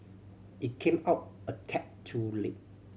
it came out a tad too late